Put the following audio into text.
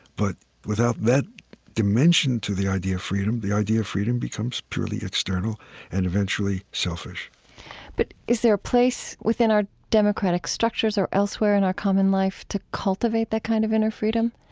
but without that dimension to the idea of freedom, the idea of freedom becomes purely external and eventually selfish but is there a place within our democratic structures or elsewhere in our common life to cultivate that kind of inner freedom?